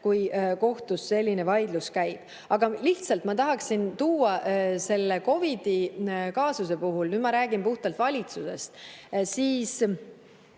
kui kohtus selline vaidlus käib. Aga lihtsalt ma tahaksin tuua selle COVID‑i kaasuse puhul – nüüd ma räägin puhtalt valitsusest –,